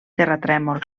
terratrèmols